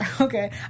Okay